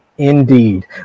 Indeed